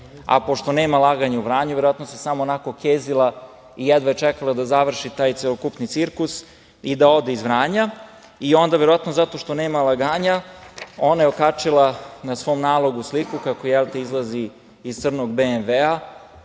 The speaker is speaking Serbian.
a pošto nema laganja u Vranju verovatno se samo onako kezila i jedva je čekala da završi taj celokupni cirkus i da ode iz Vranja. Verovatno zato što nema laganja ona je okačila na svom nalogu sliku kako izlazi iz crnog BMW,